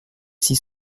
six